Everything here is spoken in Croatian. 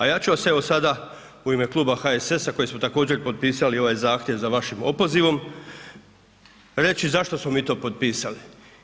A ja ću vas evo sada u ime Kluba HSS-a koji smo također potpisali ovaj zahtjev za vašim opozivom reći zašto smo mi to potpisali.